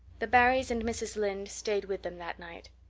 the barrys and mrs. lynde stayed with them that night.